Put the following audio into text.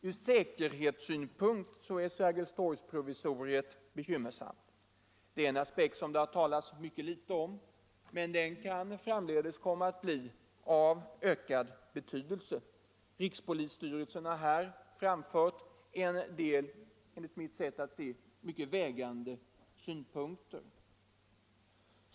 Från säkerhetssynpunkt är Sergelstorgsprovisoriet bekymmersamt. Det är en aspekt som det har talats mycket litet om, men den kan framdeles komma att bli av ökad betydelse. Rikspolisstyrelsen har där framfört en del enligt mitt sätt att se mycket vägande synpunkter.